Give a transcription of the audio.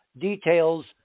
details